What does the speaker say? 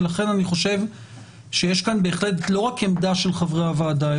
ולכן אני חושב שיש כאן לא רק עמדה של חברי הוועדה,